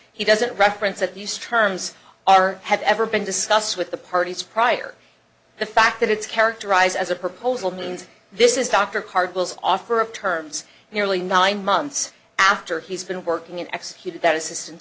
he doesn't reference that these terms are have ever been discussed with the parties prior the fact that it's characterized as a proposal means this is dr card bills offer of terms nearly nine months after he's been working in x he did that assistance